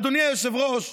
אדוני היושב-ראש,